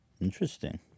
Interesting